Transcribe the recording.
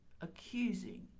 accusing